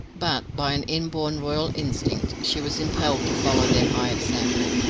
but by an inborn royal instinct she was impelled to follow their high example.